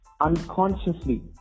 unconsciously